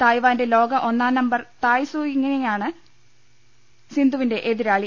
തായ്വാന്റെ ലോക ഒന്നാം number Tai Tzu യിങ്ങാണ് സിന്ധുവിന്റെ എതിരാളി